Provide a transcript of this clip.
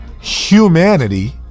humanity